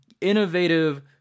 innovative